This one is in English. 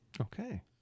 Okay